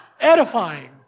Edifying